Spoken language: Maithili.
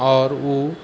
आओर ओ